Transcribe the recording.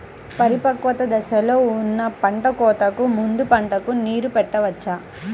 పరిపక్వత దశలో ఉన్న పంట కోతకు ముందు పంటకు నీరు పెట్టవచ్చా?